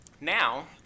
Now